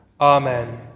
Amen